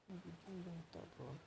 ବିଜୁ ଜନତା ଦଳ